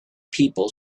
people